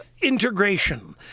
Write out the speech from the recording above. integration